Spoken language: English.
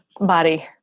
body